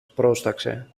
πρόσταξε